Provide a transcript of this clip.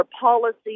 Policy